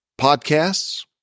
podcasts